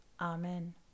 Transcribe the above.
Amen